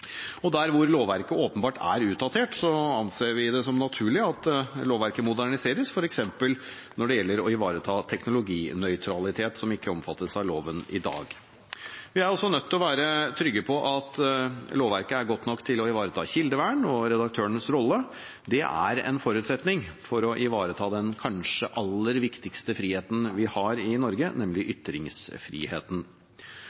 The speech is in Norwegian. Der hvor lovverket åpenbart er utdatert, anser vi det som naturlig at lovverket moderniseres, f.eks. når det gjelder å ivareta teknologinøytralitet, som ikke omfattes av loven i dag. Vi er også nødt til å være trygge på at lovverket er godt nok til å ivareta kildevern og redaktørens rolle – det er en forutsetning for å ivareta den kanskje aller viktigste friheten vi har i Norge, nemlig